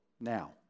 now